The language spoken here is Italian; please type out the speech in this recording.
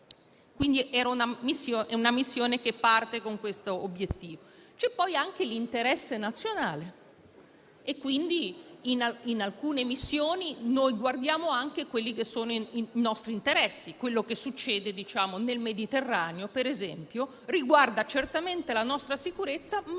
altro). È una missione che parte con questo obiettivo. C'è poi anche l'interesse nazionale e in alcune missioni guardiamo anche ai nostri interessi: quello che succede nel Mediterraneo, per esempio, riguarda certamente la nostra sicurezza, ma anche i nostri